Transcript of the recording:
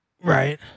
Right